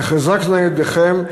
תחזקנה ידיכם.